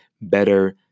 better